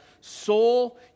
soul